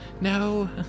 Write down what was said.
No